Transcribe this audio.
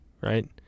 right